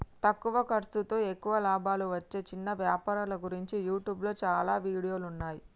తక్కువ ఖర్సుతో ఎక్కువ లాభాలు వచ్చే చిన్న వ్యాపారాల గురించి యూట్యూబ్లో చాలా వీడియోలున్నయ్యి